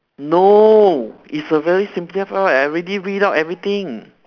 no it's a very simple file I already read out everything